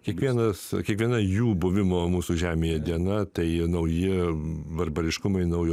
kiekvienas kiekviena jų buvimo mūsų žemėje diena tai nauji barbariškumai naujo